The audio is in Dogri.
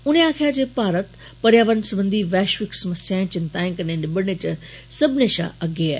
उनें आक्खेआ जे भारत पर्यावरण सरबंधी वैषविक समस्याएं चिन्ताएं कन्नै निबड़ने च सब्बने षा अग्गे ऐ